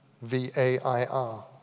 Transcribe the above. V-A-I-R